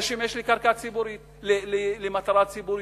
זה שימש למטרה ציבורית,